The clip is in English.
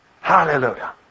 Hallelujah